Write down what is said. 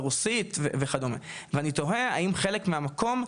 רוסית וכדומה ואני תוהה האם חלק מהמקום,